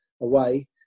away